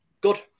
good